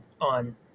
on